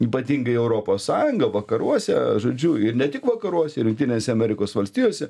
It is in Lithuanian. ypatingai europos sąjungą vakaruose žodžiu ir ne tik vakaruose ir jungtinėse amerikos valstijose